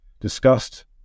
discussed